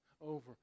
over